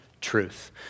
truth